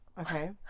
okay